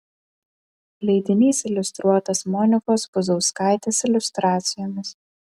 leidinys iliustruotas monikos puzauskaitės iliustracijomis